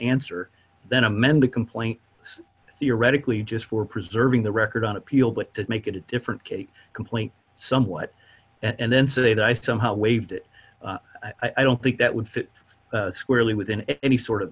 answer then amend the complaint theoretically just for preserving the record on appeal but to make it a different case complaint somewhat and then say that i somehow waived it i don't think that would fit squarely within any sort of